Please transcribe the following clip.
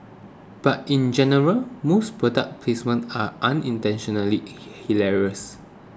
but in general most product placements are unintentionally hilarious